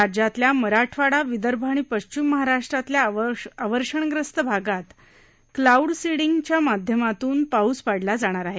राज्यातील मराठवाडा विदर्भ आणि पश्चिम महाराष्ट्रातल अवर्षणग्रस्त भागात क्लाऊड सीडीगच्या माध्यमातून पाऊस पाडला जाणार आहे